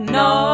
no